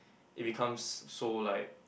it becomes so like